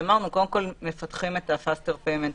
אמרנו שקודם כול מפתחים את ה-faster payment,